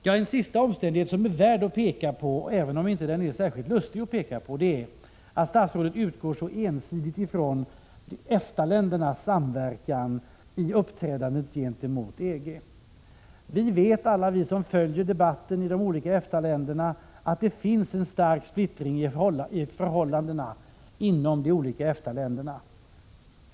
En sista omständighet som är värd att peka på, även om den inte är särskilt lustig att peka på, är att statsrådet så ensidigt utgår från EFTA-ländernas samverkan i uppträdandet gentemot EG: Vi vet, alla vi som följer debatten i de olika EFTA-länderna, att det finns en stark splittring i förhållandena inom EFTA-länderna.